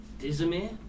Dizemir